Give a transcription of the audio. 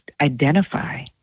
identify